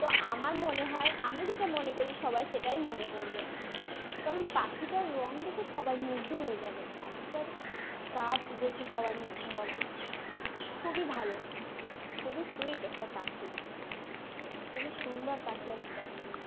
তো আমার মনে হয় আমি যেটা মনে করি সবাই সেটাই মনে করবে কারণ পাখিটার রঙ দেখে সবাই মুগ্ধ হয়ে যাবে পাখিটার কাজ দেখে সবাই মুগ্ধ হবে খুবই ভালো খুবই সুইট একটা পাখি খুবই সুন্দর পাখি একটা